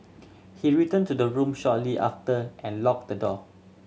he returned to the room shortly after and locked the door